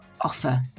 offer